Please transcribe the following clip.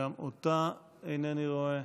שגם אותה אינני רואה.